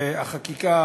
והחקיקה